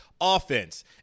offense